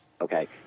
okay